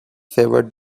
favoured